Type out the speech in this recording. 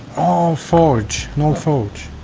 forge, an old forge